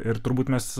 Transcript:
ir turbūt mes